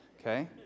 Okay